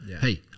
hey